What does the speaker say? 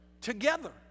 together